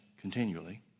continually